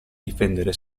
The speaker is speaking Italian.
difendere